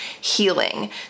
Healing